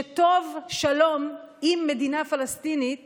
שטוב שלום עם מדינה פלסטינית